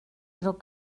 little